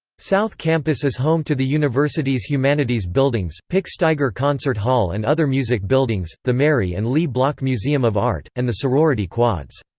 south campus is home to the university's humanities buildings, pick-staiger concert hall and other music buildings, the mary and leigh block museum of art, and the sorority quads.